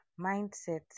mindset